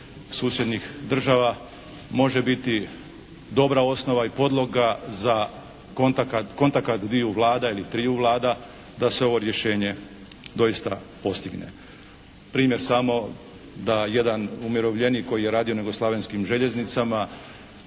susjednih država može biti dobra osnova i podloga za kontakt dviju vlada ili triju vlada da se ovo rješenje doista postigne. Primjer samo da jedan umirovljenik koji je radio na Jugoslavenskim željeznicama,